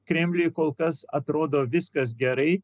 kremliui kol kas atrodo viskas gerai